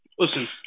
Listen